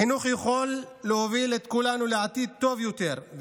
חינוך יכול להוביל את כולנו לעתיד טוב יותר,